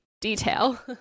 detail